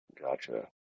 Gotcha